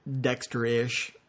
Dexter-ish